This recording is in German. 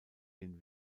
den